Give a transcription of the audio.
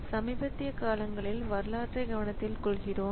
சமீபத்திய காலங்களில் வரலாற்றை கவனத்தில் கொள்கிறோம்